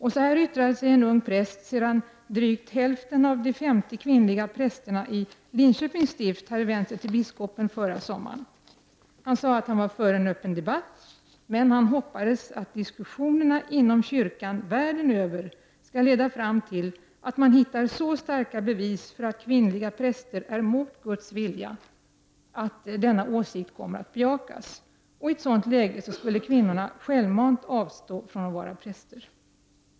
En ung präst uttryckte sig på följande sätt sedan drygt hälften av de 50 kvinnliga prästerna i Linköping stift hade vänt sig till biskopen förra sommaren. Han sade att han var för en öppen debatt, men att han hoppades att diskussionen inom kyrkan världen över skall leda fram till att man hittar så starka bevis för att kvinnliga präster är mot Guds vilja att denna åsikt kommer att bejakas. Och i ett sådant läge skulle kvinnorna självmant avstå från att vara präster.